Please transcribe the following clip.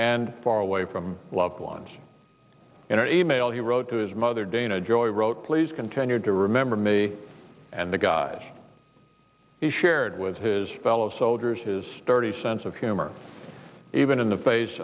and far away from loved ones in an email he wrote to his mother dana gioia wrote please continue to remember me and the guys he shared with his fellow soldiers his thirty sense of humor even in the face